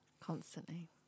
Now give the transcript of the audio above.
Constantly